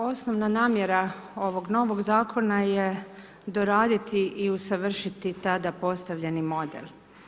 Osnovna namjera ovog novog zakona je doraditi i usavršiti tada postavljeni model.